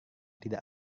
tidak